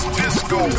disco